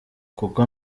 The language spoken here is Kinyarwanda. kuko